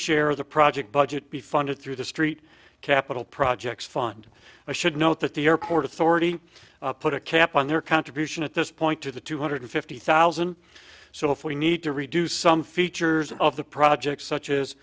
share of the project budget be funded through the st capital projects fund i should note that the airport authority put a cap on their contribution at this point to the two hundred fifty thousand so if we need to redo some features of the project such as